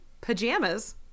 pajamas